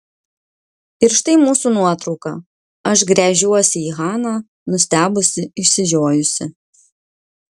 ir štai mūsų nuotrauka aš gręžiuosi į haną nustebusi išsižiojusi